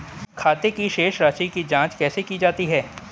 खाते की शेष राशी की जांच कैसे की जाती है?